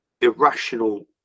irrational